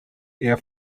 air